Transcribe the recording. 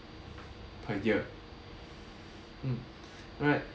per year mm alright